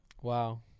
Wow